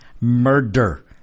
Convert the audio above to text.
Murder